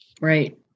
Right